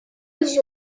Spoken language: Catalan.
els